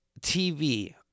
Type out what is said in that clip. TV